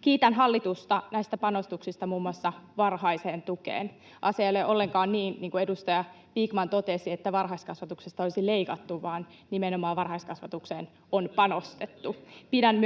Kiitän hallitusta näistä panostuksista muun muassa varhaiseen tukeen. Asia ei ole ollenkaan niin kuin edustaja Vikman totesi, että varhaiskasvatuksesta olisi leikattu, vaan varhaiskasvatukseen on nimenomaan panostettu. Pidän